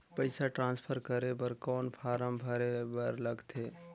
पईसा ट्रांसफर करे बर कौन फारम भरे बर लगथे?